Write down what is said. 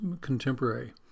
contemporary